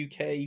UK